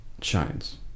shines